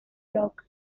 block